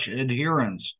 adherence